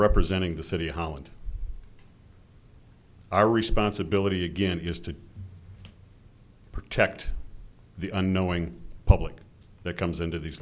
representing the city hall and our responsibility again is to protect the unknowing public that comes into these